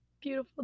beautiful